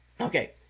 okay